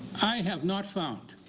i have not found